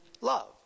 love